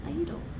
Idol